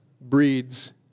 breeds